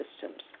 systems